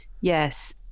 yes